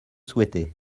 souhaitaient